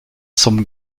zum